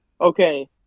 Okay